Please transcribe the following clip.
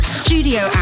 studio